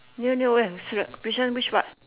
near near where bishan which part